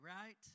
Right